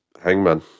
Hangman